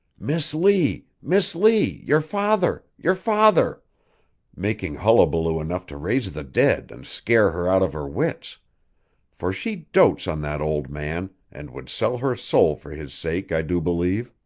miss lee! miss lee! your father! your father making hullabaloo enough to raise the dead and scare her out of her wits for she dotes on that old man and would sell her soul for his sake, i do believe.